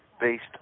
based